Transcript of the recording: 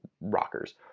Rockers